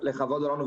לכבוד הוא לנו,